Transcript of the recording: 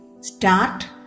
start